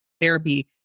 therapy